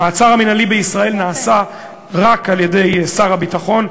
המעצר המינהלי בישראל נעשה רק על-ידי שר הביטחון,